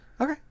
Okay